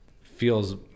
feels